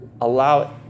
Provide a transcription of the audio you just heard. Allow